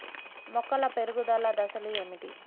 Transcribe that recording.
మొక్కల పెరుగుదల దశలు ఏమిటి?